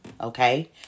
Okay